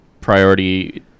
priority